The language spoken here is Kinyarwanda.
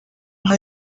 nka